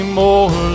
more